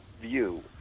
view